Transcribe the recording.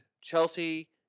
Chelsea